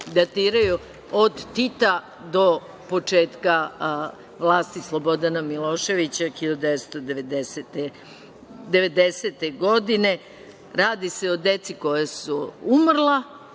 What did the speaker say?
datiraju od Tita do početka vlasti Slobodana Miloševića 1990. godine. Radi se o deci koja su umrla